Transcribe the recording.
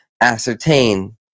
ascertain